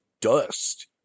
dust